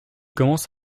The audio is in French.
commence